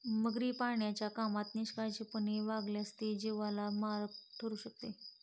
मगरी पाळण्याच्या कामात निष्काळजीपणाने वागल्यास ते जीवाला मारक ठरू शकते